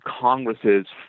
Congress's